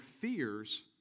fears